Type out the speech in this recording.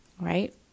right